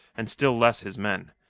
and still less his men.